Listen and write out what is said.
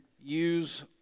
use